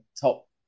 top